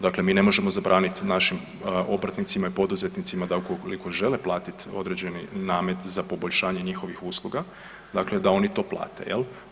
Dakle, mi ne možemo zabraniti našim obrtnicima i poduzetnicima da ukoliko žele platiti određeni namet za poboljšanje njihovih usluga, dakle da oni to plate jel.